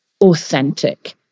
authentic